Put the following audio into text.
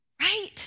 Right